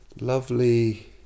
lovely